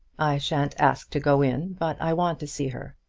i shan't ask to go in but i want to see her.